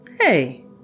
Hey